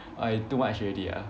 why too much already ah